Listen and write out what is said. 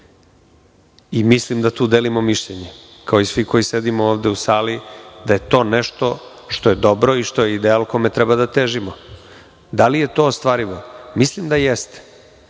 mislim da tu delimo mišljenje kao i svi koji ovde sede u sali da je to nešto što je dobro i što je ideal kome treba da težimo. Da li je to ostvarivo? Mislim da jeste